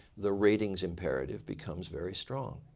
the ratings imperative becomes very strong.